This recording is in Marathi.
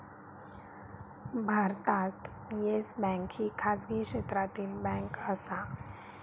भारतात येस बँक ही खाजगी क्षेत्रातली बँक आसा